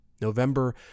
November